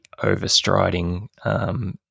overstriding